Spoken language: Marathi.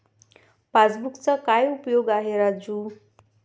पासबुकचा काय उपयोग आहे राजू?